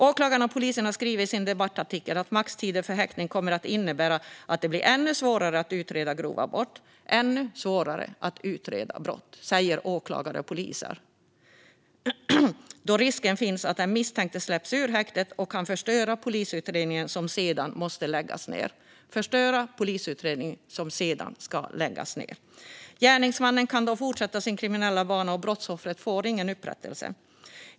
Åklagarna och poliserna skriver i debattartikeln att maxtider för häktning kommer att innebära att det blir ännu svårare att utreda grova brott då risken finns att den misstänkte släpps ut ur häktet och kan förstöra polisutredningen, som sedan måste läggas ned. Gärningsmannen kan då fortsätta sin kriminella bana, och brottsoffret får ingen upprättelse.